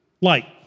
light